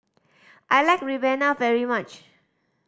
I like ribena very much